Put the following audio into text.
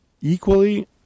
equally